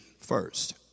first